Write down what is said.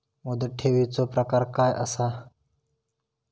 मुदत ठेवीचो प्रकार काय असा?